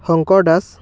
Shankar Das